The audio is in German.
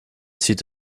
zieht